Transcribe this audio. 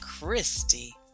Christy